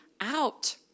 out